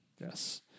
Yes